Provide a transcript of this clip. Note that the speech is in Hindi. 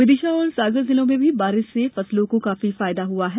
विदिशा और सागर जिलों में भी बारिश से फसलों को काफी फायदा हुआ है